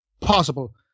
possible